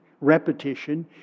repetition